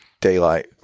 daylight